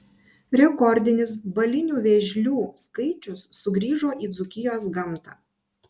rekordinis balinių vėžlių skaičius sugrįžo į dzūkijos gamtą